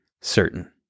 certain